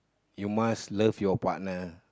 you must love your partner